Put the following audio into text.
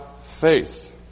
faith